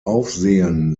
aufsehen